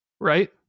Right